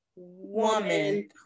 Woman